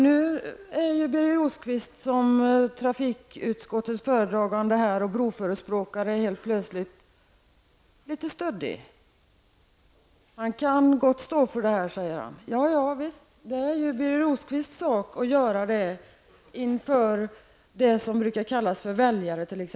Nu är Birger Rosqvist som trafikutskottets föredragande och broförespråkare helt plötsligt litet stöddig. Han kan gott stå för det, säger han. Ja, visst. Det är Birger Rosqvists sak att göra det inför det som t.ex. brukar kallas för väljare.